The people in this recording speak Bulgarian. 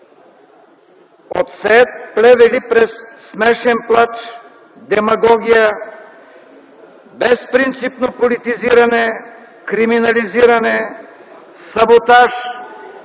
„сеят плевели” през „смешен плач”, „демагогия”, „безпринципно политизиране”, „криминализиране”, „саботаж”,